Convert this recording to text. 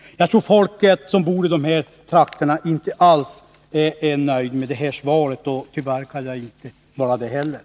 Jag tror att folket som bor i dessa trakter inte alls är nöjda med detta svar, och tyvärr kan inte heller jag vara det.